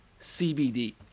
CBD